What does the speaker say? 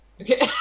Okay